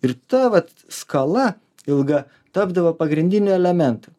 ir ta vat skala ilga tapdavo pagrindiniu elementu